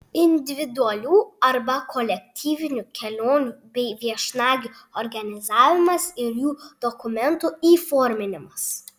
individualių arba kolektyvinių kelionių bei viešnagių organizavimas ir jų dokumentų įforminimas